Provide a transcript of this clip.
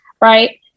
right